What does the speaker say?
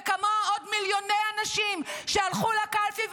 וכמוה עוד מיליוני אנשים שהלכו לקלפי,